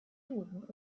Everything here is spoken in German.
juden